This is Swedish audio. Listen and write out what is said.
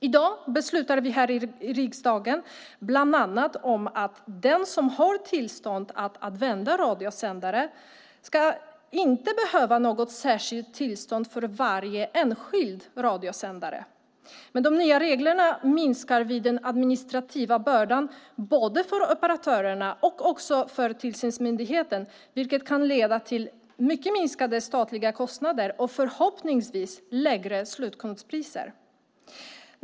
I dag beslutar vi här i riksdagen bland annat att den som har tillstånd att använda radiosändare inte ska behöva något särskilt tillstånd för varje enskild radiosändare. Med de nya reglerna minskar vi den administrativa bördan både för operatörerna och för tillståndsmyndigheten, vilket kan leda till mycket minskade statliga kostnader och förhoppningsvis lägre slutkundspriser.